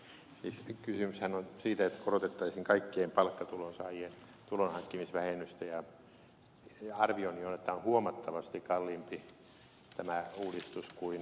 siis kysymyshän on siitä että korotettaisiin kaikkien palkkatulonsaajien tulonhankkimisvähennystä ja arvioni on että tämä uudistus on huomattavasti kalliimpi kuin ed